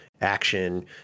action